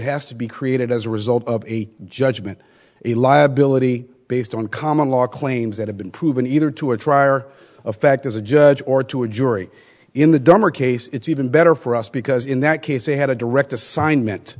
has to be created as a result of a judgement a liability based on common law claims that have been proven either to or trier of fact as a judge or to a jury in the dumber case it's even better for us because in that case they had a direct assignment